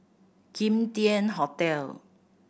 Kim Tian Hotel